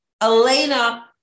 Elena